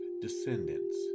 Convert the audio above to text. descendants